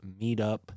meetup